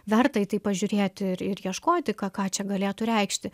verta į tai pažiūrėti ir ir ieškoti ką ką čia galėtų reikšti